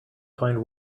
find